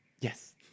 Yes